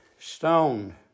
Stoned